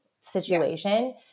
situation